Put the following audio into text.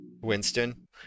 Winston